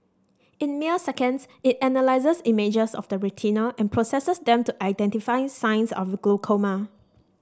in mere seconds it analyses images of the retina and processes them to identify signs of the glaucoma